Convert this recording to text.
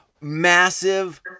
Massive